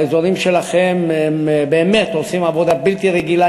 באזורים שלכם איגודי ערים לסביבה באמת עושים עבודה בלתי רגילה,